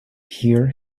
here